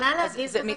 אני יכולה להגיב, בבקשה?